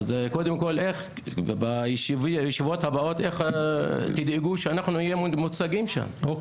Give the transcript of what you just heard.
אז קודם כל איך בישיבות הבאות תדאגו שאנחנו נהיה מיוצגים שם,